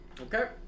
Okay